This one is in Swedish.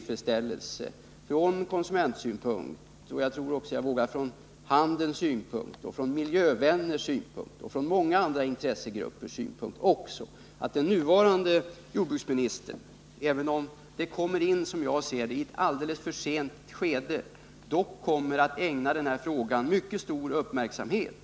Från konsumentsynpunkt — och jag vågar påstå också från handelssynpunkt, från miljövänners synpunkt och från många andra intressegruppers synpunkt — noterar jag emellertid med tillfredsställelse att den nuvarande jordbruksministern, även om det kommer in i ett alldeles för sent skede, ämnar ägna denna fråga mycket stor uppmärksamhet.